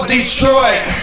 Detroit